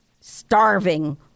starving